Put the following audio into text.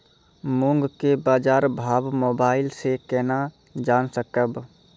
मूंग के बाजार भाव मोबाइल से के ना जान ब?